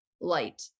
light